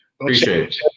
appreciate